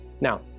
Now